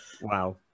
Wow